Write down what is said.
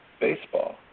baseball